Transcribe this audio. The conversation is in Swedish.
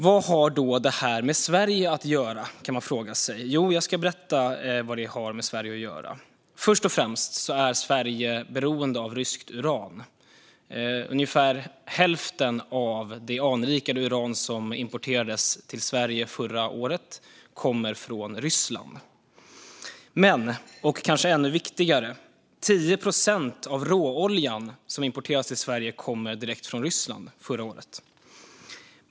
Vad har då detta med Sverige att göra, kan man fråga sig. Jag ska berätta vad det har med oss att göra. Först och främst är Sverige beroende av ryskt uran. Ungefär hälften av det anrikade uran som importerades till Sverige förra året kom från Ryssland. Vilket kanske är ännu viktigare är dock att 10 procent av den råolja som importerades till Sverige kom förra året direkt från Ryssland.